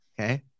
Okay